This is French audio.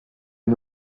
une